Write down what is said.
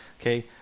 Okay